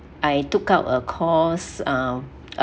I took out a course uh